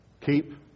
keep